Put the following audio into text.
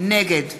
נגד